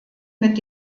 mit